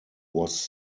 was